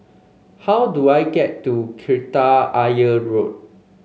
how do I get to Kreta Ayer Road